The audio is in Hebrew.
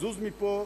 זוז מפה,